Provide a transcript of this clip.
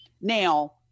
Now